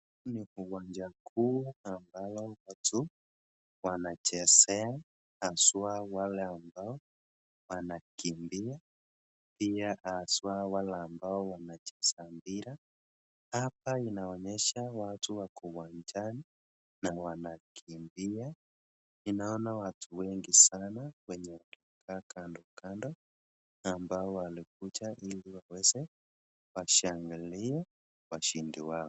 Hii ni uwanja mkuu ambalo watu wanachezea haswa wale ambao wanakimbia, pia haswa wale ambao wanacheza mpira. Hapa inaonyesha watu wako uwanjani na wanakimbia. Inaona watu wengi sana kwenye kando kando ambao walikuja ili waweze kuwashangilia washindi wao.